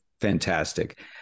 fantastic